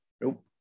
Nope